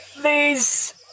Please